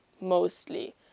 mostly